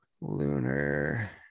Lunar